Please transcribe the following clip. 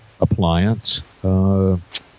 appliance